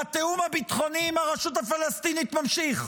והתיאום הביטחוני עם הרשות הפלסטינית ממשיך.